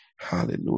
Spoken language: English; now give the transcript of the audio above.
hallelujah